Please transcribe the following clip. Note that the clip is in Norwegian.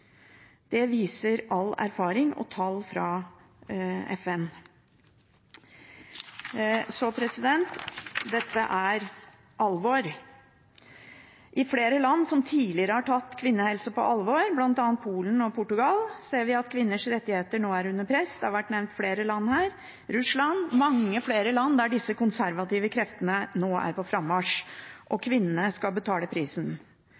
Det viser all erfaring og tall fra FN. Så dette er alvor. I flere land som tidligere har tatt kvinnehelse på alvor, bl.a. Polen og Portugal, ser vi at kvinners rettigheter nå er under press. Det har vært nevnt flere land her, Russland og mange flere, der disse konservative kreftene nå er på frammarsj. Og kvinnene skal betale prisen.